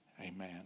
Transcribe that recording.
Amen